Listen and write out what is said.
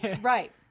Right